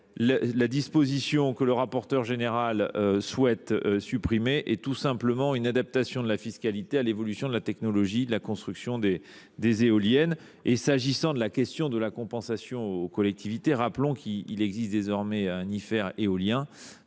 La disposition que le rapporteur général souhaite supprimer est tout simplement une adaptation de la fiscalité à l’évolution de la technologie de la construction des éoliennes. Pour ce qui concerne la compensation aux collectivités, je rappelle qu’il existe désormais une imposition